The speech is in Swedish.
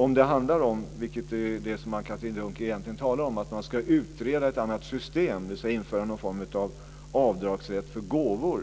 Om det handlar om, vilket Anne-Katrine Dunker egentligen talar om, att man ska utreda ett annat system, dvs. att införa någon form av avdragsrätt för gåvor,